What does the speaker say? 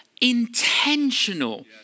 intentional